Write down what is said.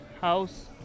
house